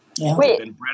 Wait